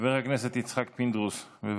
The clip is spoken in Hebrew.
חבר הכנסת יצחק פינדרוס, בבקשה.